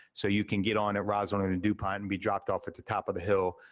so you can get on roswent into dupont and be dropped off at the top of the hill,